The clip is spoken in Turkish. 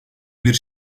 bir